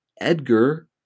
Edgar